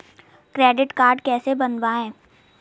Credit card कैसे बनवाएँ?